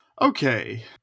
Okay